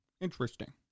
Interesting